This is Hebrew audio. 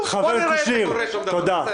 בואו נראה אם לא קורה שום דבר, בסדר.